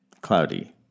cloudy